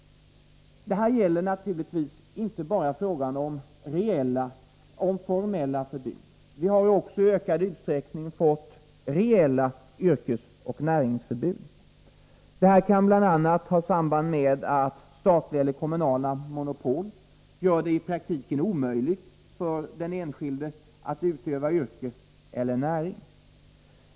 Det är naturligtvis här inte bara fråga om formella förbud. Vi har också i ökad utsträckning fått reella yrkesoch näringsförbud. Det kan bl.a. ha samband med att statliga eller kommunala monopol i praktiken gör det omöjligt för enskilda att utöva yrke eller näring.